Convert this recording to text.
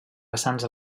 vessants